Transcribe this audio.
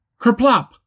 Kerplop